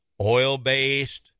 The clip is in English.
oil-based